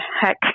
heck